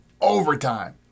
overtime